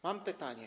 Mam pytanie.